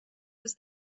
was